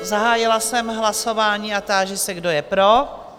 Zahájila jsem hlasování a táži se, kdo je pro?